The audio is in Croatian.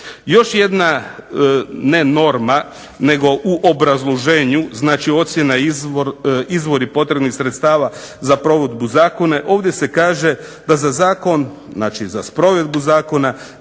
Još jedna ne norma, nego u obrazloženju, znači ocjena izvor i potrebnih sredstava za provedbu zakone, ovdje se kaže da za zakon, znači za sprovedbu zakona